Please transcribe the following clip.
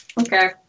Okay